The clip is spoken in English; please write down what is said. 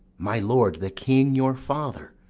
my lord, the king your father.